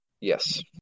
Yes